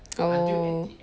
oh